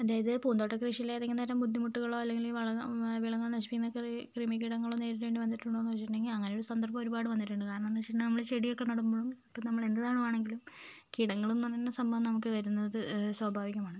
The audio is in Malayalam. അതായത് പൂന്തോട്ട കൃഷിയിൽ ഏതെങ്കിലും തരം ബുദ്ധിമുട്ടുകളോ അല്ലെങ്കിൽ വളകൾ വിളകൾ നശിപ്പിക്കുന്ന കൃമി കൃമികീടങ്ങളെ നേരിടേണ്ടി വന്നിട്ടുണ്ടോയെന്ന് ചോദിച്ചിട്ടുണ്ടെങ്കിൽ അങ്ങനെ ഒരു സന്ദർഭം ഒരുപാട് വന്നിട്ടുണ്ട് കാരണമെന്താ വെച്ചു കഴിഞ്ഞാൽ നമ്മൾ ചെടിയൊക്കെ നടുമ്പോഴും ഇപ്പോൾ നമ്മൾ എന്ത് നടുകയാണെങ്കിലും കീടങ്ങളെന്നു പറഞ്ഞ സംഭവം നമുക്ക് വരുന്നത് സ്വാഭാവികമാണ്